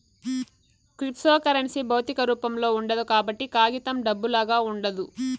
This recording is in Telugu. క్రిప్తోకరెన్సీ భౌతిక రూపంలో ఉండదు కాబట్టి కాగితం డబ్బులాగా ఉండదు